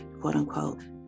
quote-unquote